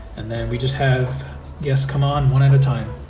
and then we just have guests come on one at a time.